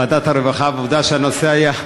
ועדת הרווחה, ועובדה שהנושא היה,